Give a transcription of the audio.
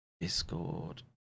Discord